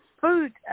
food